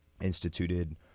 instituted